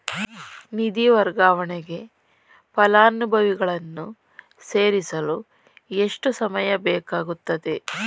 ನಿಧಿ ವರ್ಗಾವಣೆಗೆ ಫಲಾನುಭವಿಗಳನ್ನು ಸೇರಿಸಲು ಎಷ್ಟು ಸಮಯ ಬೇಕಾಗುತ್ತದೆ?